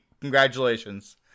Congratulations